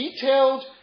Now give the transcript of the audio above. detailed